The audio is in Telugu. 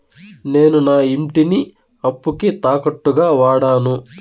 నేను నా ఇంటిని అప్పుకి తాకట్టుగా వాడాను